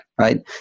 right